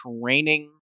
training